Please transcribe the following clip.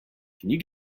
you